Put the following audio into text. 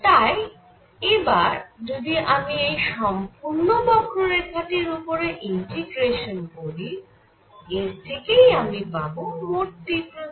তাই এবার যদি আমি এই সম্পূর্ণ বক্ররেখাটির উপরে ইন্টিগ্রেশান করি এর থেকেই আমি পাবো মোট তীব্রতা